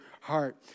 heart